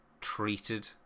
treated